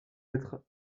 être